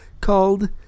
called